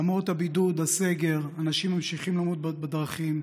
למרות הבידוד והסגר אנשים ממשיכים למות בדרכים.